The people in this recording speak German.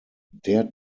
der